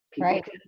Right